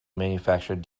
manufactured